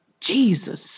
Jesus